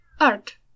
art